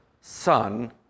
son